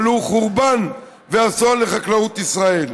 אבל הוא חורבן ואסון לחקלאות ישראל.